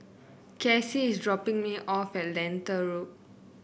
Kacy is dropping me off at Lentor Road